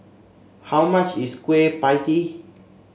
how much is Kueh Pie Tee